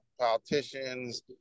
politicians